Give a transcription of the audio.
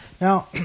Now